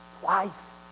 twice